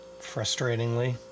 Frustratingly